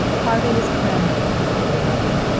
harvey was clamoring for an early wedding.